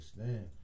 understand